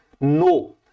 No